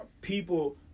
people